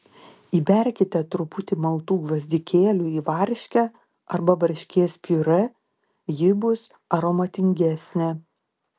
įberkite truputį maltų gvazdikėlių į varškę arba varškės piurė ji bus aromatingesnė